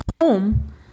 home